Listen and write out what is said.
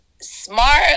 smart